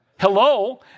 Hello